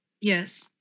Yes